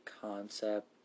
concept